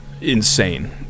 insane